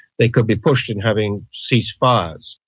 they could be pushed in having ceasefires.